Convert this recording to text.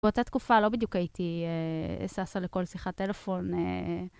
ובאותה תקופה לא בדיוק הייתי ששה לכל שיחת טלפון.